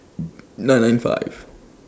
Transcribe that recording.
nine nine five